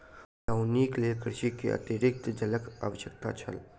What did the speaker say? पटौनीक लेल कृषक के अतरिक्त जलक आवश्यकता छल